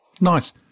Nice